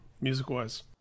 music-wise